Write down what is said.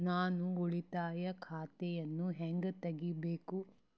ನಾನು ಉಳಿತಾಯ ಖಾತೆಯನ್ನು ಹೆಂಗ್ ತಗಿಬೇಕು?